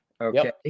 okay